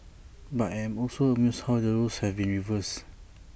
but I am also amused how the roles have been reversed